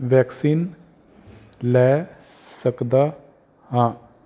vaccine ਲੈ ਸਕਦਾ ਹਾਂ